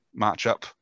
matchup